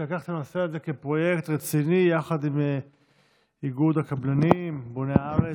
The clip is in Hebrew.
שלקח את הנושא הזה יחד עם איגוד הקבלנים ובוני הארץ.